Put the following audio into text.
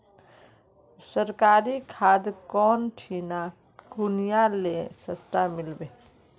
सरकारी खाद कौन ठिना कुनियाँ ले सस्ता मीलवे?